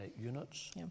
units